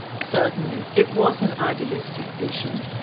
certainly. it was an idealistic vision.